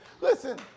listen